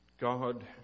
God